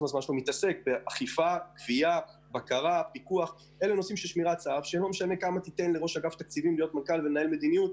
מתעסק בנושאים אלו ב-90% מזמנו.